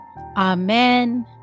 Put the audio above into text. amen